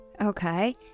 Okay